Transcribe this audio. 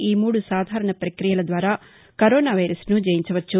ఈ మూడు సాధారణ పక్రియల ద్వారా కరోనా వైరస్ను జయించవచ్చు